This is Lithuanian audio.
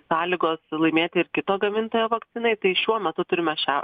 sąlygos laimėti ir kito gamintojo vakcinai tai šiuo metu turime šią